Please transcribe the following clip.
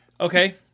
Okay